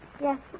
Yes